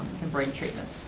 and bring treatment.